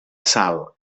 sal